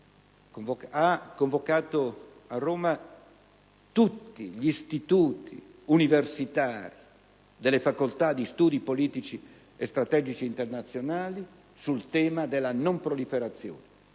ha convocato a Roma tutti gli istituti universitari delle facoltà di studi politici e strategici internazionali sul tema della non proliferazione,